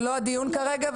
זה לא הדיון כרגע,